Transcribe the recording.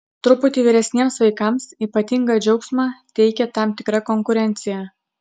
truputį vyresniems vaikams ypatingą džiaugsmą teikia tam tikra konkurencija